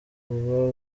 uba